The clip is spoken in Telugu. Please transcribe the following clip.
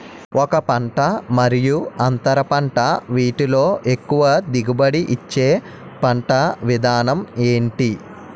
ఒక పంట మరియు అంతర పంట వీటిలో ఎక్కువ దిగుబడి ఇచ్చే పంట విధానం ఏంటి?